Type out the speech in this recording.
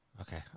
Okay